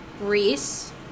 reese